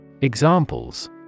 Examples